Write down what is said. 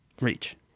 reach